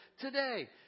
today